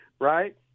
right